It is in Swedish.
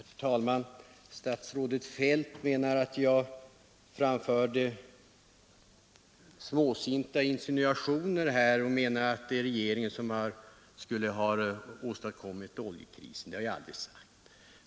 Herr talman! Statsrådet Feldt anser att jag framfört småsinta insinuationer, genom att påstå att regeringen skulle ha åstadkommit oljekrisen. Det har jag aldrig sagt.